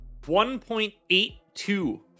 1.82